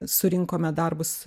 surinkome darbus